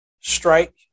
strike